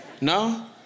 no